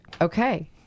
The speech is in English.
Okay